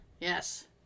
Yes